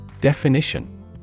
Definition